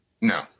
No